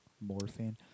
Morphine